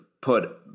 put